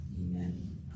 Amen